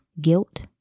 guilt